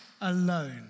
Alone